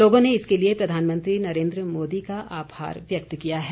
लोगों ने इसके लिए प्रधानमंत्री नरेन्द्र मोदी का आभार व्यक्त किया है